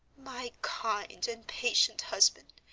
my kind and patient husband,